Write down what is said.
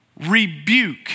rebuke